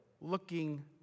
looking